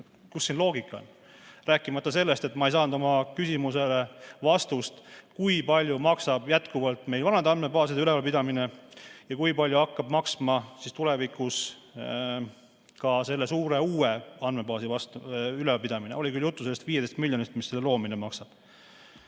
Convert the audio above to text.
Kus siin loogika on? Rääkimata sellest, et ma ei saanud vastust oma küsimusele, kui palju maksab jätkuvalt vanade andmebaaside ülalpidamine ja kui palju hakkab maksma tulevikus ka selle suure uue andmebaasi ülalpidamine. Oli küll juttu 15 miljonist, mis selle loomine maksab.